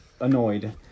annoyed